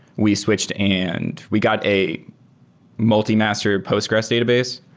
we switched and we got a multi-master postgres database.